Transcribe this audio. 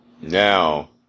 now